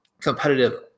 competitive